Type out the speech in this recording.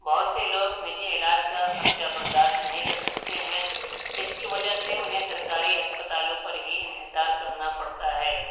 بہت سے لوگ نجی علاج کا خرچہ برداشت نہیں کر سکتے ہیں جس کی وجہ سے انہیں سرکاری ہسپتالوں پر ہی انحصار کرنا پڑتا ہے